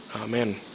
Amen